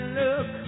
look